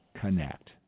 connect